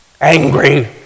angry